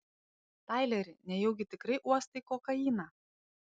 taileri nejaugi tikrai uostai kokainą